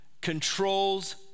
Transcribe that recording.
controls